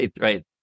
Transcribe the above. right